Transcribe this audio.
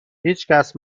هیچکس